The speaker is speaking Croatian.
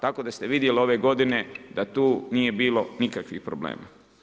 Tako da ste vidjeli ove g. da tu nije bilo nikakvih problema.